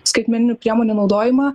skaitmeninių priemonių naudojimą